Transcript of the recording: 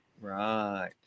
Right